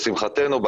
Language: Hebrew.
לשמחתנו,